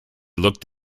looked